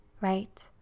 Right